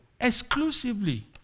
Exclusively